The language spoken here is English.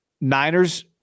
Niners